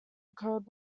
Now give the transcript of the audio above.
occurred